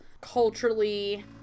culturally